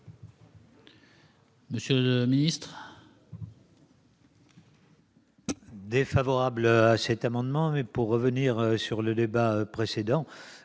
Monsieur le ministre